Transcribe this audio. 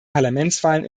parlamentswahlen